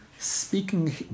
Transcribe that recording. Speaking